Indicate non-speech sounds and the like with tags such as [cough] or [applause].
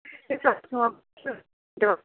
[unintelligible]